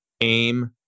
aim